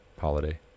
holiday